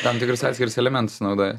tam tikrus atskirus elementus naudoja